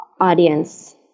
audience